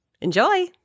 Enjoy